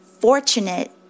fortunate